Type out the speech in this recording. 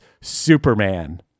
Superman